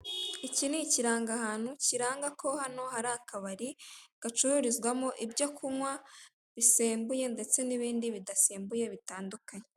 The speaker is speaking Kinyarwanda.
Iki ni ikirangahantu kiranga ko hano hari akabari gacururizwamo ibyo kunywa bisembuye ndetse n'ibindi bidasembye bitandukanye.